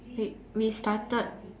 wait we started